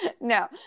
no